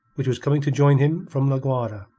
which was coming to join him from la guayra.